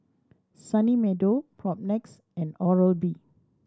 Sunny Meadow Propnex and Oral B